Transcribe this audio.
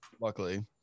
Luckily